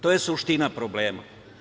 To je suština problema.